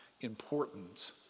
important